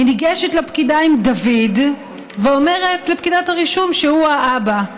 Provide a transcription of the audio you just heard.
היא ניגשת לפקידה עם דוד ואומרת לפקידת הרישום שהוא האבא.